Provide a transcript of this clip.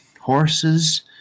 horses